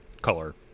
color